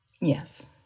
Yes